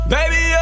Baby